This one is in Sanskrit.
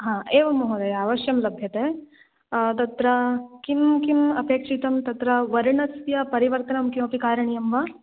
ह एवं महोदय अवश्यं लभ्यते तत्र किं किम् अपेक्षितं तत्र वर्णस्य परिवर्तनं किमपि कारणीयं वा